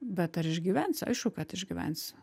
bet ar išgyvensiu aišku kad išgyvensiu